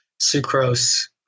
sucrose